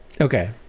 Okay